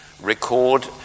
record